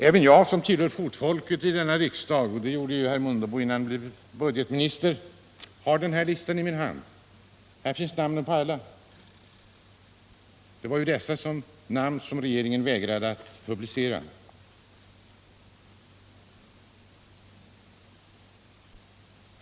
Även jag som tillhör fotfolket i denna riksdag — och det gjorde ju också herr Mundebo innan han blev budgetminister — har listan i min hand. Det var dessa namn som regeringen vägrade att publicera.